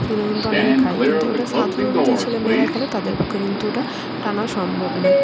সেগুলো কিন্তু অনেকে খায় কিন্তু ওটা সাধারণ যেই ছেলে মেয়েরা খেলে তাদের পক্ষে কিন্তু ওটা টানা সম্ভব নয়